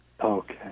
Okay